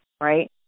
right